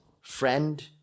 friend